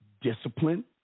discipline